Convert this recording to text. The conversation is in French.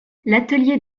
l’atelier